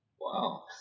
Wow